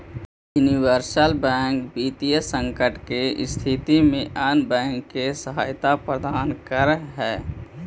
universal bank वित्तीय संकट के स्थिति में अन्य बैंक के सहायता प्रदान करऽ हइ